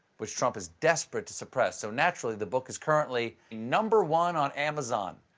which trump is desperate to suppress. so, naturally, the book is currently number one on amazon.